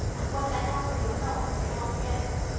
and, whether healthy or not, he can't get them.